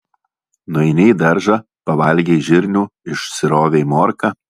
nueini į daržą pavalgei žirnių išsirovei morką